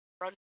run